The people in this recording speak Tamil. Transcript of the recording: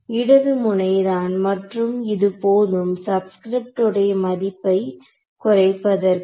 இடது முனை தான் மற்றும் இது போதும் சப்ஸ்கிரிப்ட் உடைய மதிப்பை குறைப்பதற்கு